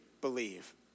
believe